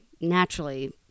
naturally